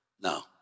No